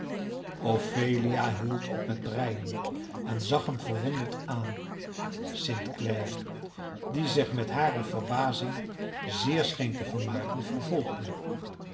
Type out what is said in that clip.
ophelia hield op met breien en zag hem verwonderd aan st clare die zich met hare verbazing zeer scheen te vermaken vervolgde